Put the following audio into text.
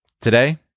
Today